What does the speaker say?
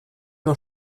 nur